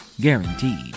Guaranteed